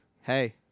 Hey